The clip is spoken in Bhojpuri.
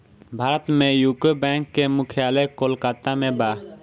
भारत में यूको बैंक के मुख्यालय कोलकाता में बा